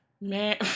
Man